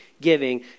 Giving